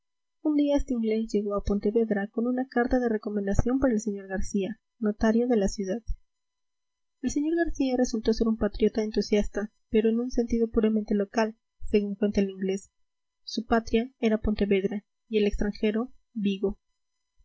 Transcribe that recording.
un día este inglés llegó a pontevedra con una carta de recomendación para el sr garcía notario de la ciudad el señor garcía resultó ser un patriota entusiasta pero en un sentido puramente local según cuenta el inglés su patria era pontevedra y el extranjero vigo